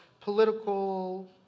political